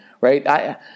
right